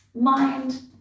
mind